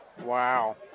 Wow